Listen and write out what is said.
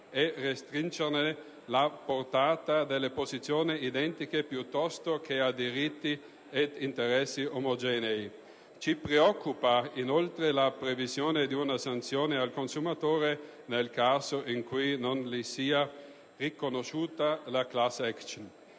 e restringerne la portata alle posizioni "identiche" piuttosto che a "diritti ed interessi omogenei". Ci preoccupa inoltre la previsione di una sanzione al consumatore nel caso in cui non gli sia riconosciuta la *class action*.